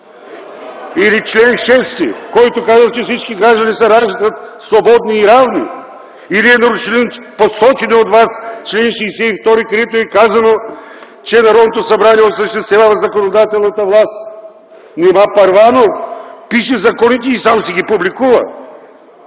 Или чл. 6, който казва, че: „Всички граждани се раждат свободни и равни”? Или е нарушил посочения от вас чл. 62, където е казано, че: „Народното събрание осъществява законодателната власт”? Нима Първанов пише законите и сам си ги публикува?!